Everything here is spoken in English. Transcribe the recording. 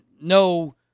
no